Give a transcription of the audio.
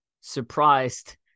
surprised